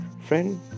friend